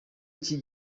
iki